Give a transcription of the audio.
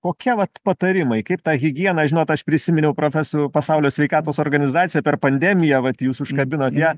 kokie vat patarimai kaip tą higieną žinot aš prisiminiau profesoriau pasaulio sveikatos organizaciją per pandemiją vat jūs užkabinot ją